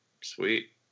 sweet